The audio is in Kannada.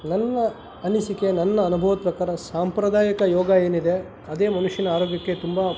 ನನ್ನ ಅನಿಸಿಕೆ ನನ್ನ ಅನುಭವದ ಪ್ರಕಾರ ಸಾಂಪ್ರದಾಯಿಕ ಯೋಗ ಏನಿದೆ ಅದೇ ಮನುಷ್ಯನ ಆರೋಗ್ಯಕ್ಕೆ ತುಂಬ